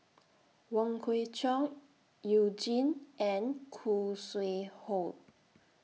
Wong Kwei Cheong YOU Jin and Khoo Sui Hoe